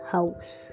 House